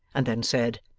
and then said,